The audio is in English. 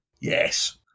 Yes